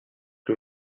que